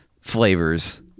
flavors